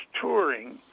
touring